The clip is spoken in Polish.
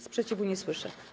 Sprzeciwu nie słyszę.